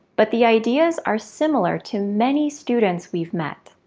but the ideas are similar to many students we've met.